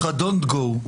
לא היה כלכלן ראשי,